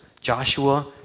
Joshua